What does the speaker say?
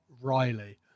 riley